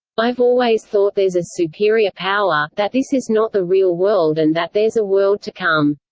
i've always thought there's a superior power, that this is not the real world and that there's a world to come.